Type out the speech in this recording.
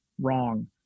wrong